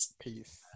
Peace